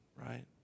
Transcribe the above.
right